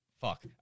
fuck